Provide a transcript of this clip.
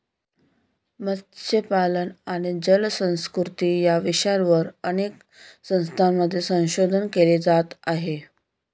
मत्स्यपालन आणि जलसंस्कृती या विषयावर अनेक संस्थांमध्ये संशोधन केले जात आहे